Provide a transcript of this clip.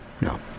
no